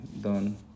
done